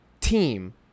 team